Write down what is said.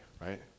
right